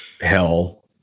hell